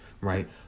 right